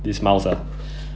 this mouse ah